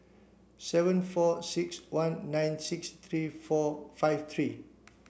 seven four six one nine six three four five three